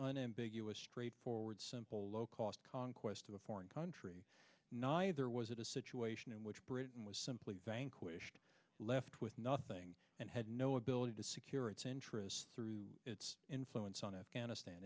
unambiguous straightforward simple low cost conquest of a foreign country neither was it a situation in which britain was simply vanquished left with nothing and had no ability to secure its interests through its influence on afghanistan